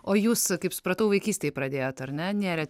o jūs kaip supratau vaikystėje pradėjot ar ne nėrėt